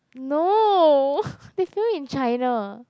no they film in China